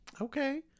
Okay